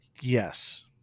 Yes